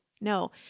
no